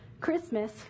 Christmas